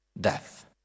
death